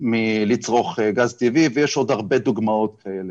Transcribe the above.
מלצרוך גז טבעי ויש עוד הרבה דוגמאות כאלה.